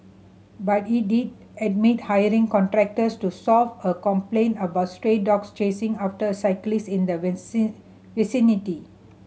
but it did admit hiring contractors to solve a complaint about stray dogs chasing after cyclists in the vicinity